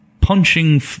punching